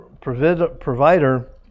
provider